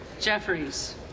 Jeffries